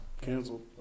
canceled